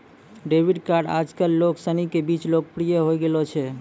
debit card आजकल लोग सनी के बीच लोकप्रिय होए गेलो छै